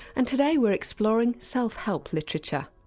and today we're exploring self-help literature.